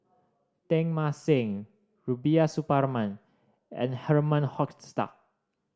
Teng Mah Seng Rubiah Suparman and Herman Hochstadt